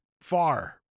far